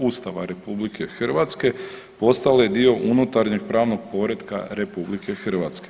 Ustava RH postale dio unutarnjeg pravnog poretka RH.